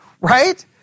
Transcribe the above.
Right